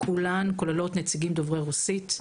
כוללות נציגים דוברי רוסית: